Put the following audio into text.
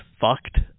fucked